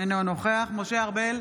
אינו נוכח משה ארבל,